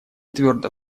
твердо